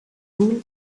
rule